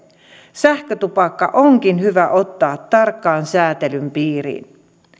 sähkötupakka onkin hyvä ottaa tarkan sääntelyn piiriin